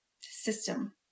system